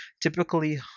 typically